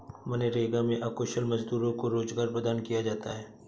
मनरेगा में अकुशल मजदूरों को रोजगार प्रदान किया जाता है